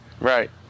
Right